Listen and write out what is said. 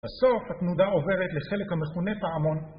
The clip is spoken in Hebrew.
בסוף התנודה עוברת לחלק המכונה פעמון